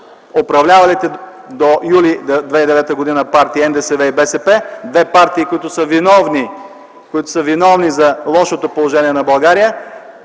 управлявалите до м. юли 2009 г. партии – НДСВ и ДПС, две партии, които са виновни за лошото положение на България.